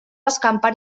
escampar